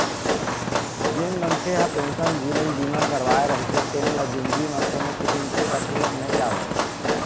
जेन मनखे ह पेंसन जीवन बीमा करवाए रहिथे तेन ल जिनगी म कोनो किसम के तकलीफ नइ आवय